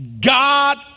God